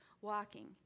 walking